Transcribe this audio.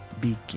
begin